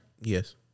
Yes